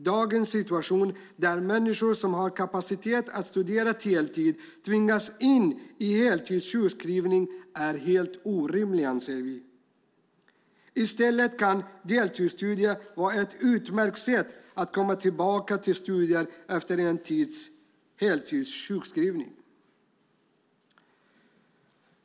Dagens situation där människor som har kapacitet att studera deltid tvingas in i heltidssjukskrivning är orimlig. I stället kan deltidsstudier vara ett utmärkt sätt att komma tillbaka till studier efter en tids heltidssjukskrivning.